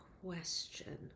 question